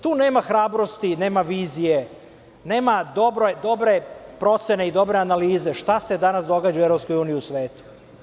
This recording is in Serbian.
Tu nema hrabrosti, nema vizije, nema dobre procene i dobre analize šta se danas događa u EU u svetu.